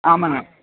ஆமாங்க